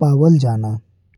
पावल जाला।